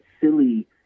silly